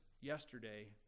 yesterday